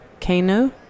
Kano